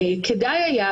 כדאי היה,